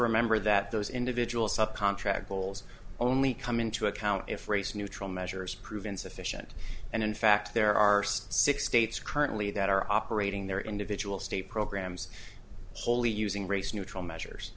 remember that those individuals up contract roles only come into account if race neutral measures prove insufficient and in fact there are six states currently that are operating their individual state programs wholly using race neutral measures